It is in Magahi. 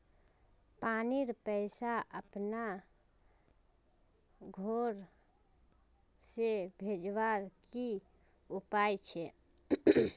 पानीर पैसा अपना घोर से भेजवार की उपाय छे?